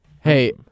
Hey